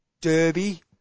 derby